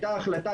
הייתה החלטה,